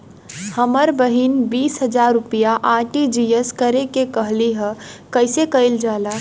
हमर बहिन बीस हजार रुपया आर.टी.जी.एस करे के कहली ह कईसे कईल जाला?